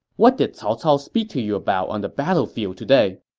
what did cao cao speak to you about on the battlefield today?